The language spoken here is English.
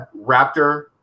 Raptor